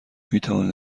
میتوانید